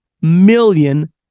million